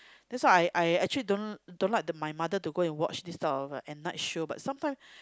that's why I I actually don't don't like my mother to go and watch all this at night show but sometime